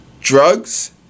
Drugs